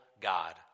God